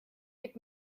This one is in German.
gib